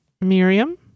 Miriam